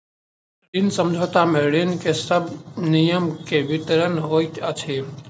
ऋण समझौता में ऋण के सब नियम के विवरण होइत अछि